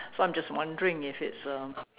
so I'm just wondering if it's um